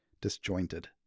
disjointed